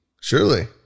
Surely